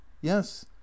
yes